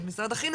את משרד החינוך,